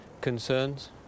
concerns